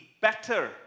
better